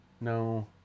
no